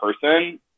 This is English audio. person